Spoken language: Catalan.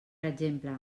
exemple